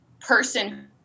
person